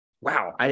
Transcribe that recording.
Wow